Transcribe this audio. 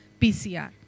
PCR